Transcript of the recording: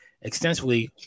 extensively